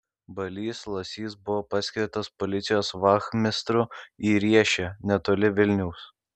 balys lasys buvo paskirtas policijos vachmistru į riešę netoli vilniaus